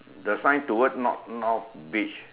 the sign towards north north beach